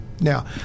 Now